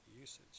usage